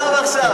עזוב עכשיו.